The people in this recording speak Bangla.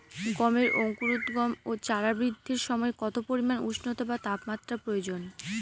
গমের অঙ্কুরোদগম ও চারা বৃদ্ধির সময় কত পরিমান উষ্ণতা বা তাপমাত্রা প্রয়োজন?